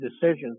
decisions